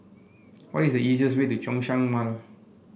what is the easiest way to Zhongshan Mall